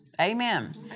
Amen